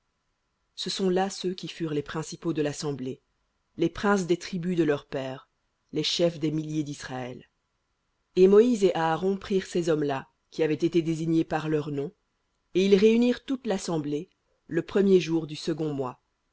ce sont là ceux qui furent les principaux de l'assemblée les princes des tribus de leurs pères les chefs des milliers disraël et moïse et aaron prirent ces hommes-là qui avaient été désignés par leurs noms et ils réunirent toute l'assemblée le premier du second mois